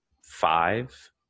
five